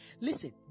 Listen